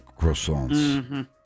croissants